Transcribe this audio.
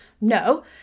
no